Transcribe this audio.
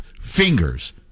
fingers